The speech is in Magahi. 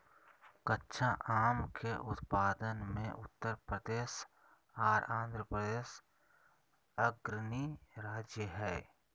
कच्चा आम के उत्पादन मे उत्तर प्रदेश आर आंध्रप्रदेश अग्रणी राज्य हय